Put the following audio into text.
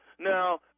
Now